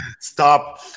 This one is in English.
Stop